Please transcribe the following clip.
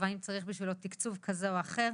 גם אם צריך תקצוב כזה או אחר